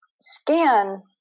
SCAN